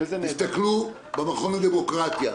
תסתכלו במכון לדמוקרטיה,